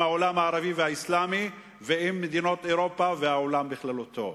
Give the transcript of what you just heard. העולם הערבי והאסלאמי ועם מדינות אירופה והעולם בכללותו.